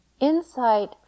Insight